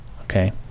Okay